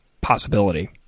possibility